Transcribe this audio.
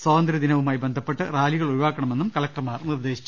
സ്വാതന്ത്ര്യ ദിനവുമായി ബന്ധപ്പെട്ട് റാലികൾ ഒഴിവാക്കണമെന്നും കലക്ടർമാർ നിർദേശിച്ചു